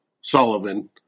Sullivan